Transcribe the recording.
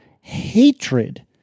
hatred